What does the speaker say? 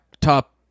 top